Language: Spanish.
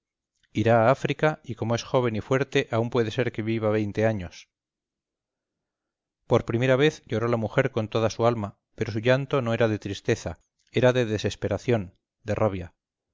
irá a áfrica y como es joven y fuerte aún puede ser que viva veinte años por primera vez lloró la mujer con toda su alma pero su llanto no era de tristeza era de desesperación de rabia